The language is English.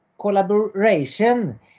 collaboration